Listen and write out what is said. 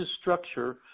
structure